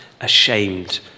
ashamed